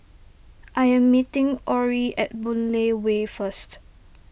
I am meeting Orrie at Boon Lay Way first